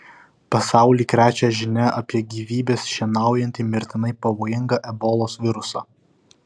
pasaulį krečia žinia apie gyvybes šienaujantį mirtinai pavojingą ebolos virusą